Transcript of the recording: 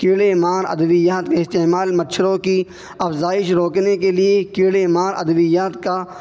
کیڑے مار ادویات کا استعمال مچھروں کی افزائش روکنے کے لیے کیڑے مار ادویات کا